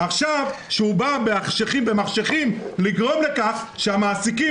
עכשיו כשהוא בא במחשכים לגרום לכך שהמעסיקים